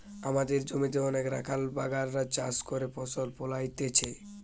আমদের জমিতে অনেক রাখাল বাগাল রা চাষ করে ফসল ফোলাইতেছে